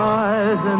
eyes